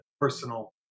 personal